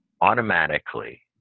automatically